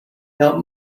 help